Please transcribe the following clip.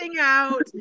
out